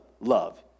love